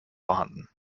vorhanden